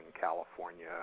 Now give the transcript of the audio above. California